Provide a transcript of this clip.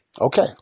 Okay